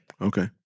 Okay